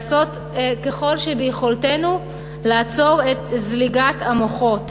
לעשות ככל שביכולתנו לעצור את זליגת המוחות.